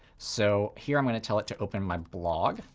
so here i'm going to tell it to open my blog.